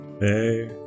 Hey